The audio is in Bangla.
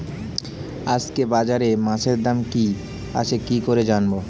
আজকে বাজারে মাছের দাম কি আছে কি করে জানবো?